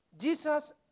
Jesus